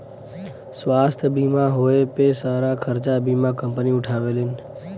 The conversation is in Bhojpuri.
स्वास्थ्य बीमा होए पे सारा खरचा बीमा कम्पनी उठावेलीन